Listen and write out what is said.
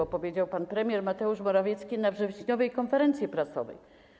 Tak powiedział pan premier Mateusz Morawiecki na wrześniowej konferencji prasowej.